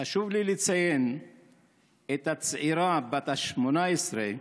חשוב לי לציין את הצעירה בת ה-18,